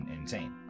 insane